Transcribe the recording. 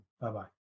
Bye-bye